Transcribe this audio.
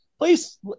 please